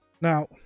Now